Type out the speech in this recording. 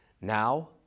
now